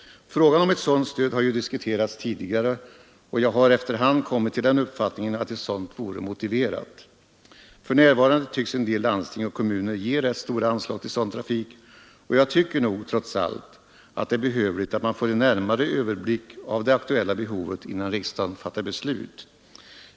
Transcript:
Frågan om ett sådant stöd har ju diskuterats tidigare, och jag har efter hand kommit till den uppfattningen att ett stöd av detta slag vore motiverat. För närvarande tycks en del landsting och kommuner ge rätt stora anslag till sådan trafik, och jag tycker nog trots allt att det är behövligt att man får en närmare överblick av det aktuella behovet innan riksdagen fattar beslut.